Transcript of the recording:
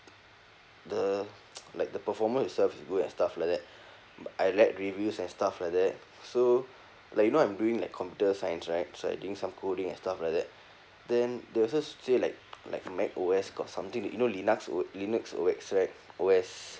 the like the performance itself is good and stuff like that I read reviews and stuff like that so like you know I'm doing like computer science right so I'm doing some coding and stuff like that then they also say like like mac O_S got something t~ you know linux wo~ linux O_X right O_S